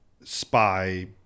spy